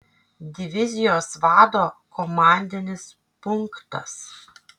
divizijos vado komandinis punktas